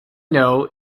know